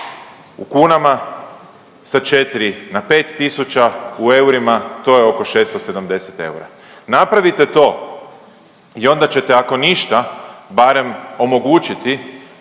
u kunama sa 4 na 5 tisuća, u eurima to je oko 670 eura. Napravite to i onda ćete ako ništa barem omogućiti